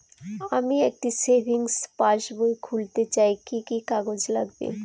আমি একটি savings passbook খুলতে চাই কি কি কাগজ লাগবে?